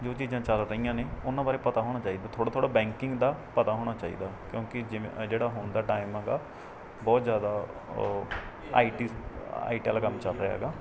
ਜੋ ਚੀਜ਼ਾਂ ਚੱਲ ਰਹੀਆਂ ਨੇ ਉਨ੍ਹਾਂ ਬਾਰੇ ਪਤਾ ਹੋਣਾ ਚਾਹੀਦਾ ਥੋੜ੍ਹਾ ਥੋੜ੍ਹਾ ਬੈਂਕਿੰਗ ਦਾ ਪਤਾ ਹੋਣਾ ਚਾਹੀਦਾ ਕਿਉਂਕਿ ਜਿਵੇਂ ਆ ਜਿਹੜਾ ਹੁਣ ਦਾ ਟਾਈਮ ਹੈਗਾ ਬਹੁਤ ਜ਼ਿਆਦਾ ਉਹ ਆਈ ਟੀ ਆਈ ਟੀ ਵਾਲਾ ਕੰਮ ਚੱਲ ਰਿਹਾ ਹੈਗਾ